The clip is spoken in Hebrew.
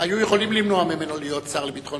היו יכולים למנוע ממנו להיות שר לביטחון